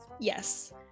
Yes